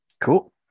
Cool